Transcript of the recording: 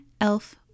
elf